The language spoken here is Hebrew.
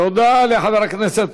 תודה לחבר הכנסת